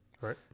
Right